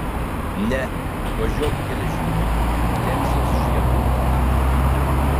ne važiuok geležinkeliu temzės žiedu tarė ji